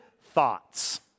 thoughts